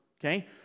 Okay